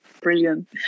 Brilliant